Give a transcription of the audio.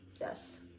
Yes